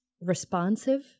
responsive